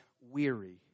weary